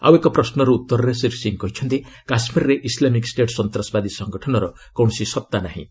ଆଉଏକ ପ୍ରଶ୍ୱର ଉତ୍ତରରେ ଶ୍ରୀ ସିଂ କହିଛନ୍ତି କାଶ୍କୀରରେ ଇସ୍ଲାମିକ ଷ୍ଟେଟ୍ ସନ୍ତାସବାଦୀ ସଂଗଠନର କୌଣସି ସତ୍ତା ନାହିଁ